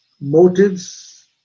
Motives